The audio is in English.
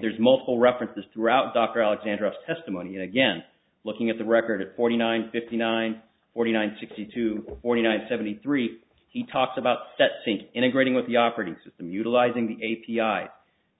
there's multiple references throughout dr alexander of testimony and again looking at the record of forty nine fifty nine forty nine sixty two forty nine seventy three he talks about set sync integrating with the operating system utilizing the a p i